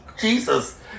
Jesus